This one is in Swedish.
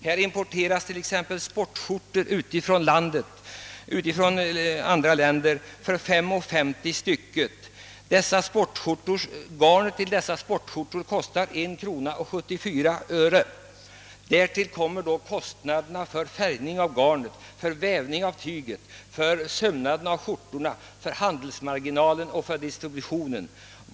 Här importeras sportskjortor från utlandet för 5:50 per styck. Garnet till dessa sportskjortor kostar 1:74. Därtill kommer kostnaderna för färgning av garnet, vävning av tyget, sömnad, handelsmarginal och distribution.